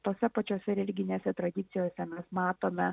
tose pačiose religinėse tradicijose mes matome